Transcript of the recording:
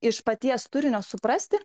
iš paties turinio suprasti